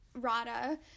RADA